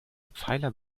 pfeiler